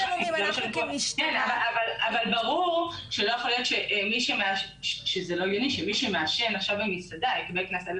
אבל ברור שלא יכול להיות שמי שמעשן במסעדה יקבל קנס של 1,000